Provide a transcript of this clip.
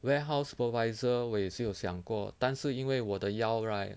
warehouse supervisor 我也是有想过但是因为我的腰 right